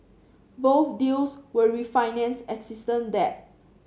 both deals will refinance existing debt